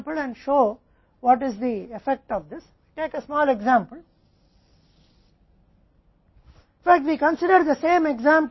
इसलिए यदि हम उसी उदाहरण पर विचार करते हैं जिसका उपयोग हमने पहले वाले मॉडल के लिए किया था